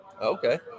Okay